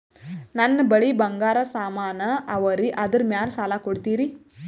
ನನ್ನ ಬಳಿ ಬಂಗಾರ ಸಾಮಾನ ಅವರಿ ಅದರ ಮ್ಯಾಲ ಸಾಲ ಕೊಡ್ತೀರಿ?